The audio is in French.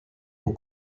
aux